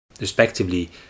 respectively